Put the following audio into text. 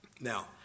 Now